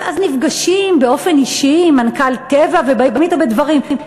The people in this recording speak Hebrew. אז נפגשים באופן אישי עם מנכ"ל "טבע" ובאים אתו בדברים.